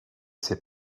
ces